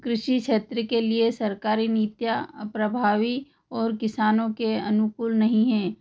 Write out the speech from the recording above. कृषि क्षेत्र के लिए सरकारी नीतियाँ प्रभावी और किसानों के अनुकूल नहीं है